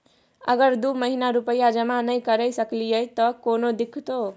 अगर दू महीना रुपिया जमा नय करे सकलियै त कोनो दिक्कतों?